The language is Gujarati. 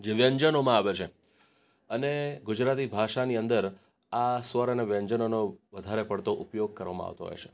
જે વ્યંજનોમાં આવે છે અને ગુજરાતી ભાષાની અંદર આ સ્વર અને વ્યંજનોનો વધારે પડતો ઉપયોગ કરવામાં આવતો હોય છે